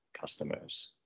customers